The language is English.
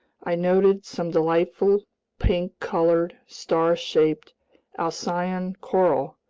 i noted some delightful pink-colored, star-shaped alcyon coral,